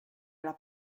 alla